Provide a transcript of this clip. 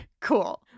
Cool